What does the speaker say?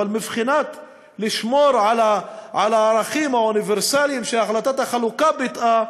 אבל מבחינת שמירה על הערכים האוניברסליים שהחלטת החלוקה ביטאה,